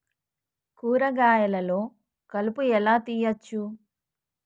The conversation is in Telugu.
కూరగాయలలో కలుపు ఎలా తీయచ్చు?